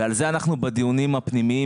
בדיונים הפנימיים,